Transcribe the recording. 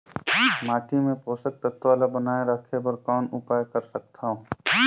माटी मे पोषक तत्व ल बनाय राखे बर कौन उपाय कर सकथव?